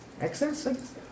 excess